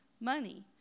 money